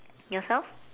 yourself